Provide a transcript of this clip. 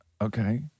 Okay